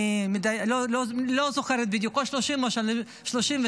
אני לא זוכרת בדיוק, או 30 או 33,